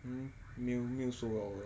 hmm 没有什么 liao 了